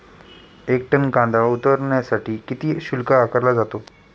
एक टन कांदा उतरवण्यासाठी किती शुल्क आकारला जातो?